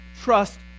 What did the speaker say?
trust